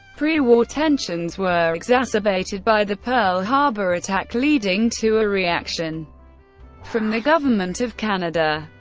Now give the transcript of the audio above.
pre-war tensions were exacerbated by the pearl harbor attack, leading to a reaction from the government of canada.